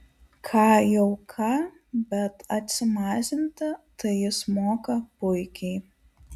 ką jau ką bet atsimazinti tai jis moka puikiai